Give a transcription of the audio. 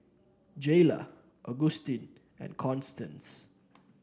Jaylah Augustin and Constance